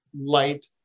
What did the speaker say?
light